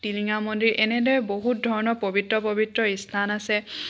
টিলিঙা মন্দিৰ এনেদৰে বহুত ধৰণৰ পৱিত্ৰ পৱিত্ৰ স্থান আছে